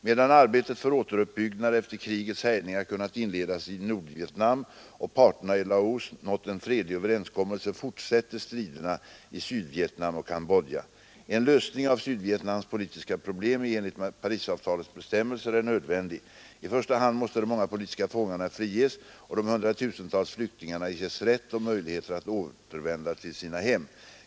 Medan arbetet för återuppbyggnad efter krigets härjningar kunnat inledas i Nordvietnam och parterna i Laos nått en fredlig överenskommelse fortsätter striderna i Sydvietnam och Cambodja. En lösning av Sydvietnams politiska problem i enlighet med Parisavtalets bestämmelser är nödvändig. I första hand måste de många politiska fångarna friges och de hundratusentals flyktingarna ges rätt och möjlighet att återvända till sina hem.